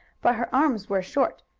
but her arms were short,